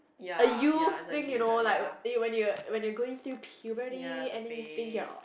a youth thing you know like when you are when you are going through puberty and then you think you are